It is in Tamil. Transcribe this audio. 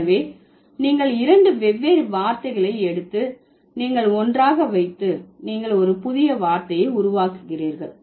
எனவே நீங்கள் இரண்டு வெவ்வேறு வார்த்தைகளை எடுத்து நீங்கள் ஒன்றாக வைத்து நீங்கள் ஒரு புதிய வார்த்தை உருவாக்குகிறீர்கள்